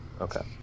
Okay